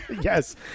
yes